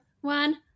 one